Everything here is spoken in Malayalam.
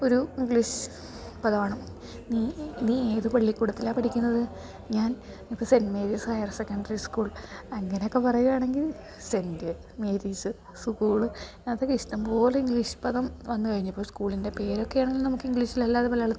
ഒരു ഇങ്ക്ലീശ് പദമാണ് നീ നീ ഏത് പള്ളിക്കൂടത്തിലാണ് പഠിക്കുന്നത് ഞാൻ ഇപ്പം സെൻറ്മേരീസ് ഹയർ സെക്കൻറ്റ്രി സ്കൂൾ അങ്ങനെ ഒക്കെ പറയുക ആണെങ്കിൽ സെൻറ്റ്മേരീസ്സ് സ്കൂള് അതൊക്കെ ഇഷ്ടം പോലിങ്ക്ലീഷ് പദം വന്ന് കഴിഞ്ഞപ്പോൾ ഒരു സ്കൂളിൻറ്റെ പേരൊക്കെ ആണെങ്കിൽ നമുക്കിങ്ക്ലീഷിലല്ലാതെ മലയാളത്തിൽ